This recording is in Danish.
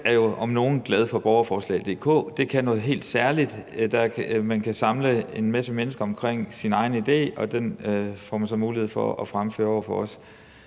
Jeg er jo om nogen glad for www.borgerforslag.dk. Det kan noget helt særligt. Man kan samle en masse mennesker omkring sin egen idé, og den får man så mulighed for at fremføre over for os.